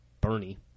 Bernie